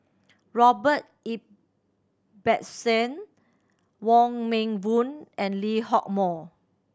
Robert Ibbetson Wong Meng Voon and Lee Hock Moh